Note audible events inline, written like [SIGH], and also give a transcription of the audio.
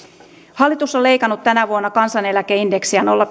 hallitus on leikannut tänä vuonna kansaneläkeindeksiä nolla [UNINTELLIGIBLE]